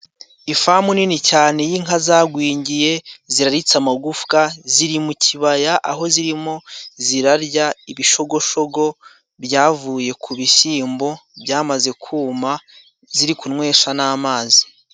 Ifamu nini cyane y'inka zagwingiye, ziraritse amagufwa, ziri mu kibaya aho zirimo zirarya ibishogoshogo byavuye ku bishyimbo byamaze kuma, ziri kunwesha n'amazi.